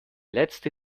letzte